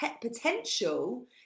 potential